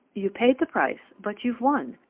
you paid the price, but you've won.